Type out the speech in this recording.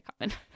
common